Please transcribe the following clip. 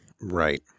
Right